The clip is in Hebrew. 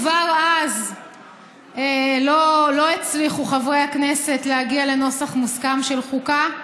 כבר אז לא הצליחו חברי הכנסת להגיע לנוסח מוסכם של חוקה,